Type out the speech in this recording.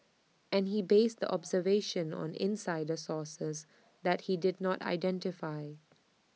and he based the observation on insider sources that he did not identify